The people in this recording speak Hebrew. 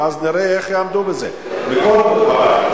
ואז נראה איך יעמדו בזה מכל הבית.